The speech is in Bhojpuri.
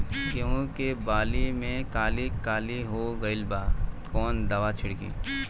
गेहूं के बाली में काली काली हो गइल बा कवन दावा छिड़कि?